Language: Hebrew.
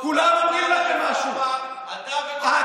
אתה וכל